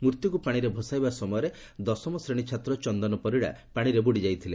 ମୂର୍ଭିକୁ ପାଶିରେ ଭସାଇବା ସମୟରେ ଦଶମ ଶ୍ରେଣୀ ଛାତ୍ର ଚନ୍ଦନ ପରିଡ଼ା ପାଣିରେ ବୁଡ଼ିଯାଇଥିଲେ